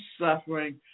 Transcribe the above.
suffering